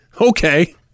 Okay